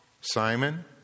Simon